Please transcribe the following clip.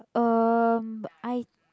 um I